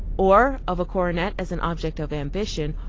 or of a coronet as an object of ambition,